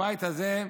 בבית הזה,